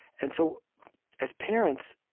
and so as parents,